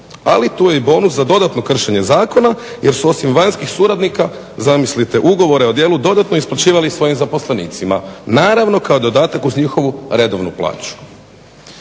Ali tu je i bonus za dodatno kršenje zakona jer su osim vanjskih suradnika zamislite ugovore o djelu dodatno isplaćivali svojim zaposlenicima. Naravno kao dodatak uz njihovu redovnu plaću.